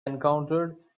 encountered